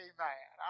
Amen